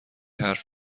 حرف